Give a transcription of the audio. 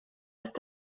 ist